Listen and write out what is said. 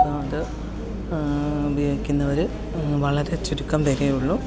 അത് ഉപയോഗിക്കുന്നവർ വളരെ ചുരുക്കം പേരെ ഉള്ളൂ